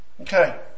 Okay